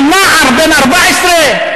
על נער בן 14?